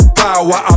power